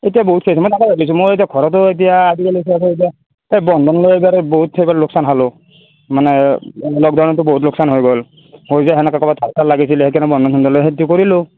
এতিয়া বহুত হৈছে মই তাকেই ভাবিছোঁ মইতো ঘৰতো এতিয়া আজিকালিতো এই বন্ধন লৈ পেলাই বহুত লোকচান খালোঁ মানে লকডাউনতো বহুত লোকচান হৈ গ'ল হৈ যোৱা কাৰণে ধাৰ চাৰ লাগিছিলে